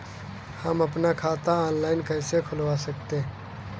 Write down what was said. हम अपना खाता ऑनलाइन कैसे खुलवा सकते हैं?